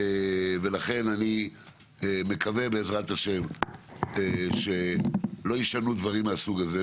ולכן אני מקווה בעזרת השם שלא יישנו דברים מהסוג הזה.